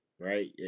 Right